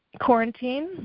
quarantine